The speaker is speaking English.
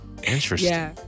Interesting